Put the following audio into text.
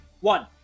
One